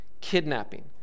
kidnapping